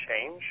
change